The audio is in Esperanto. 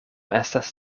estas